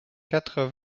quatre